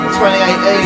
2018